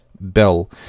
bell